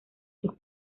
sus